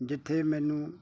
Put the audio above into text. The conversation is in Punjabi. ਜਿੱਥੇ ਮੈਨੂੰ